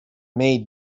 made